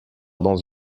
dans